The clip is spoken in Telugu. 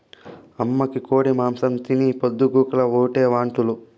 అమ్మకి కోడి మాంసం తిని పొద్దు గూకులు ఓటే వాంతులు